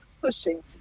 pushing